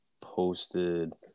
posted